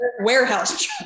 warehouse